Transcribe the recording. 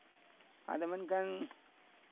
ᱟᱫᱚ ᱢᱮᱱᱠᱷᱟᱱ